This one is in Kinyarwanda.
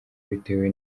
bitewe